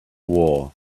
war